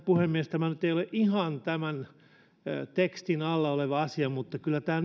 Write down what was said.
puhemies tämä ei nyt ole ihan tämän tekstin alla oleva asia mutta kyllä tämä